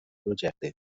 projecte